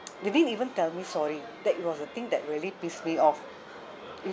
they didn't even tell me sorry that it was the thing that really pissed me off